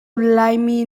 laimi